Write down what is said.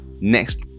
next